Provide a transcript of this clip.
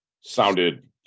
sounded